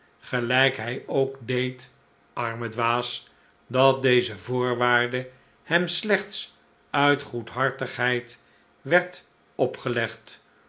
gelijk hij ook deed arme dwaas dat deze voorwaarde hem slechts uit goedhartigheid werd opgelegd